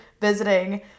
visiting